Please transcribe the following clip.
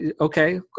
Okay